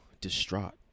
distraught